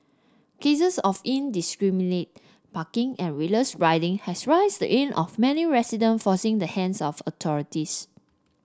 cases of indiscriminate parking and reckless riding have raised the ire of many resident forcing the hands of authorities